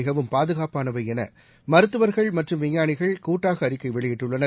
மிகவும் பாதுகாப்பானவைஎனமருத்துவர்கள் மற்றும் விஞ்ஞாளிகள் கூட்டாகஅறிக்கைவெளியிட்டுள்ளனர்